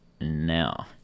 now